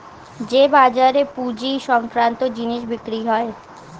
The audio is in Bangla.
যে বাজারে পুঁজি সংক্রান্ত জিনিস বিক্রি হয়